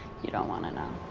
you don't wanna know.